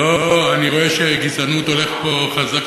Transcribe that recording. אני רואה שגזענות הולך פה חזק,